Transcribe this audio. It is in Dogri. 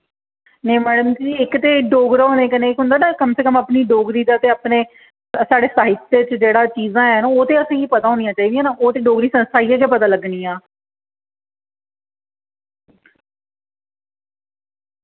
नेईं मैडम जी इक ते डोगरा होने कन्नै इक होंदा ना कम से कम अपनी डोगरी दा ते अपने साढ़े साहित्य च जेह्ड़ा चीजां हैन ओह् ते असेंगी पता होनियां चाहिदियां ना ओह् ते डोगरी संस्था ही गै पता लग्गनियां